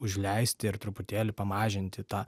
užleisti ir truputėlį pamažinti tą